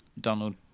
Donald